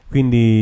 Quindi